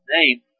name